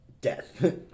death